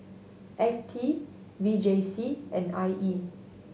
F T V J C and I E